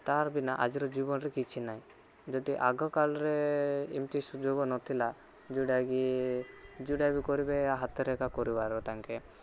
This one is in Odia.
ତା'ର ବିନା ଆଜିର ଜୀବନରେ କିଛି ନାହିଁ ଯଦି ଆଗକାଳରେ ଏମିତି ସୁଯୋଗ ନଥିଲା ଯେଉଁଟାକି ଯେଉଁଟା ଏବେ କରିବେ ହାତରେ ଏକା କରିବାର ତାଙ୍କେ